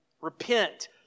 Repent